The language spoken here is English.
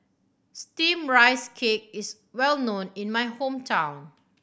Steamed Rice Cake is well known in my hometown